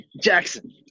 Jackson